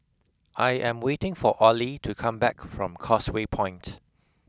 I am waiting for Ollie to come back from Causeway Point